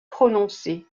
prononcé